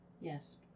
Yes